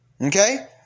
Okay